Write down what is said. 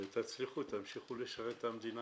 ותצליחו, תמשיכו לשרת את המדינה,